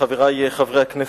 חברי חברי הכנסת,